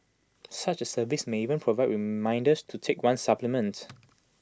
such service may even provide reminders to take one's supplements